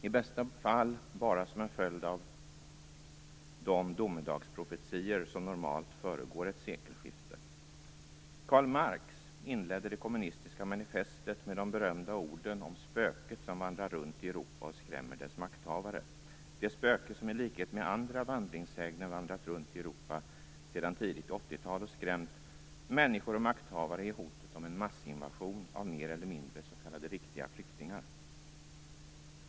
I bästa fall tillkom den bara som följd av de domedagsprofetior som normalt föregår ett sekelskifte. Karl Marx inledde Kommunistiska manifestet med de berömda orden om spöket som vandrar runt i Europa och skrämmer dess makthavare. Det spöke som likhet med andra vandringssägner vandrat runt i Europa sedan tidigt 80-tal och skrämt människor och makthavare är hotet om en massinvasion av mer eller mindre s.k. riktiga flyktingar.